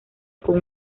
con